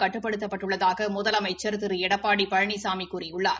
கட்டுப்படுத்தப்பட்டுள்ளதாக முதலமைச்சர் திரு எடப்பாடி பழனிசாமி கூறியுள்ளார்